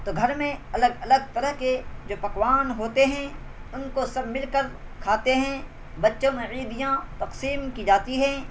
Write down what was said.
تو گھر میں الگ الگ طرح کے جو پکوان ہوتے ہیں ان کو سب مل کر کھاتے ہیں بچوں میں عیدیاں تقسیم کی جاتی ہیں